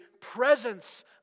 presence